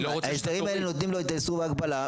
ההסדרים האלה נותנים לו את האיסור וההגבלה,